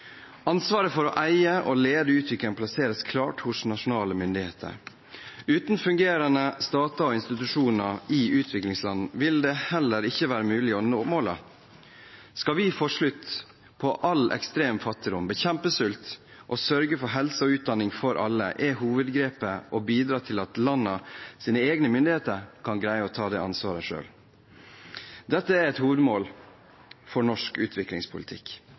Ansvaret for å eie og lede utviklingen plasseres klart hos nasjonale myndigheter. Uten fungerende stater og institusjoner i utviklingslandene vil det heller ikke være mulig å nå målene. Skal vi få slutt på all ekstrem fattigdom, bekjempe sult og sørge for helse og utdanning for alle, er hovedgrepet å bidra til at landenes egne myndigheter kan greie å ta dette ansvaret selv. Dette er et hovedmål for norsk utviklingspolitikk.